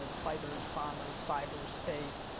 ah fighters, bombers, cyberspace,